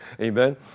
Amen